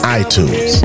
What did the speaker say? iTunes